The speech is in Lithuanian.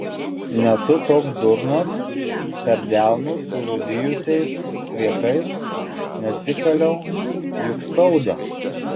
nesu toks durnas per delnus surūdijusiais cviekais nesikaliau juk skauda